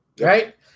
right